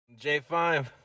J5